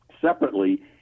separately